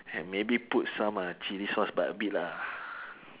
and maybe put some uh chilli sauce but a bit lah